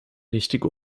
richtige